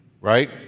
right